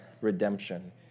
redemption